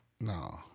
No